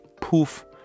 poof